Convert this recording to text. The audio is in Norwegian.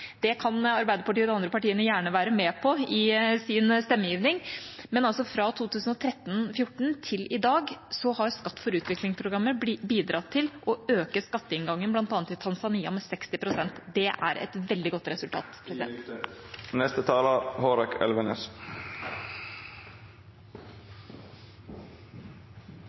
Det kan Arbeiderpartiet og de andre partiene gjerne være med på i sin stemmegiving. Fra 2013–2014 til i dag har Skatt for utvikling-programmet bidratt til å øke skatteinngangen, bl.a. i Tanzania, med 60 pst. Det er et veldig godt resultat.